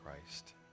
christ